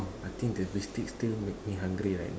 I think the biscuit still make me hungry right